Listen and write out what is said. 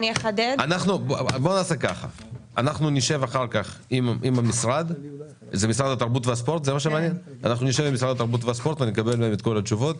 אנחנו נשב אחר כך עם משרד התרבות והספורט ונקבל מהם את כל התשובות.